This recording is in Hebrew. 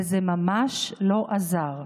זה ממש לא עזר.